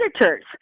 editors